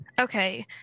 Okay